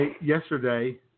Yesterday